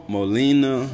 Molina